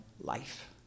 life